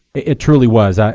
it truly was.